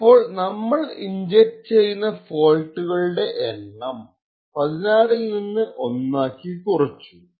അപ്പോൾ നമ്മൾ ഇൻജെക്ട് ചെയ്യുന്ന ഫോൾട്ടുകളുടെ ഫോൾട്സ് എണ്ണം 16 ൽ നിന്ന് ഒന്നാക്കി കുറച്ചു